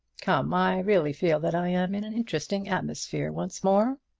come, i really feel that i am in an interesting atmosphere once more.